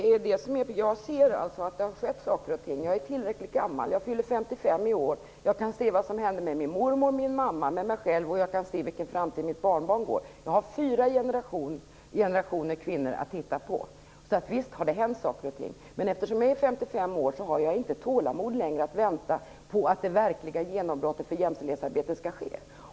Fru talman! Jag ser att det har skett saker och ting. Jag är tillräckligt gammal för det - jag fyller 55 i år. Jag kan se vad som hände med min mormor, med min mamma och med mig själv och jag kan se mot vilken framtid mitt barnbarn går. Jag har fyra generationer kvinnor att titta på. Så visst har det hänt saker och ting! Men eftersom jag är 55 år har jag inte längre tålamod att vänta på att det verkliga genombrottet för jämställdhetsarbetet skall ske.